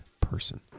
person